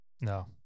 No